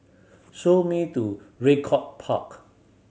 show me to Raycott Park